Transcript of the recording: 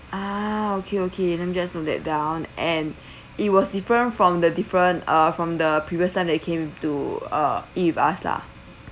ah okay okay let me just note that down and it was different from the different uh from the previous time that you came to uh eat with us lah